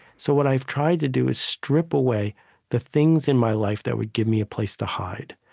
so what i've tried to do is strip away the things in my life that would give me a place to hide.